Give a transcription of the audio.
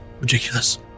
ridiculous